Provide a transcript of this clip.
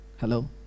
Hello